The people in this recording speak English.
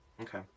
okay